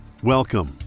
Welcome